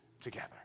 together